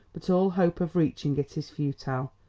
but all hope of reaching it is futile.